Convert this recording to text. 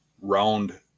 round